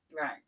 Right